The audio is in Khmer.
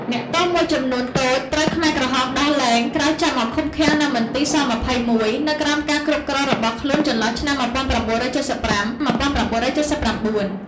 អ្នកទោសមួយចំនួនតូចត្រូវខ្មែរក្រហមដោះលែងក្រោយចាប់មកឃុំឃាំងនៅមន្ទីរ ស-២១ នៅក្រោមការគ្រប់គ្រងរបស់ខ្លួនចន្លោះឆ្នាំ១៩៧៥-១៩៧៩។